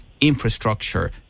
infrastructure